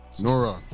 Nora